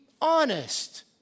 honest